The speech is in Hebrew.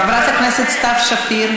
חברת הכנסת רויטל סויד,